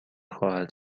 خواهد